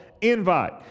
invite